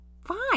Fine